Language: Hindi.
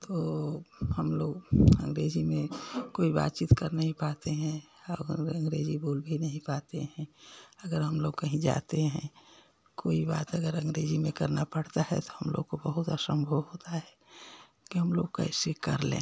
तो हम लोग अंग्रेजी में कोई बातचीत कर नहीं पाते हैं और अंग्रेजी बोल भी नही पाते हैं अगर हम लोग कहीं जाते हैं कोई बात अगर अंग्रेजी में करना पड़ता है तो हम लोग को बहुत असम्भव होता है कि हम लोग कैसे कर लें